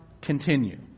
continue